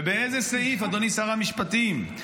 ובאיזה סעיף, אדוני שר המשפטים?